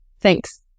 thanks